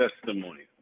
testimony